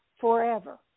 forever